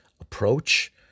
approach